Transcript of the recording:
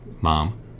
mom